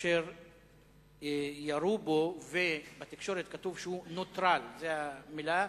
כאשר ירו בו, ובתקשורת כתוב שהוא נוטרל, זאת המלה.